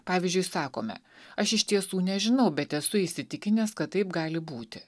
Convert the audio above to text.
pavyzdžiui sakome aš iš tiesų nežinau bet esu įsitikinęs kad taip gali būti